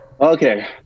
Okay